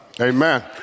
Amen